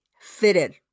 fitted